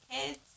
kids